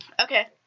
Okay